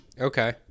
Okay